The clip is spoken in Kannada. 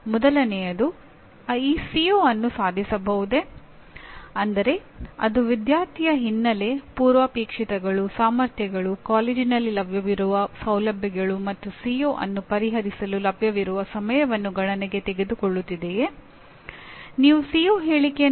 ಪ್ರತಿ ಕುಟುಂಬದ ಅಡಿಯಲ್ಲಿ ಮತ್ತೆ 5 6 ಕೆಲವೊಮ್ಮೆ 8 ಬೋಧನಾ ಮಾದರಿಗಳು ಲಭ್ಯವಿದೆ ಮತ್ತು ಅವೆಲ್ಲವನ್ನೂ ಪ್ರಯೋಗಿಸಲಾಗಿದೆ